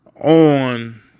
on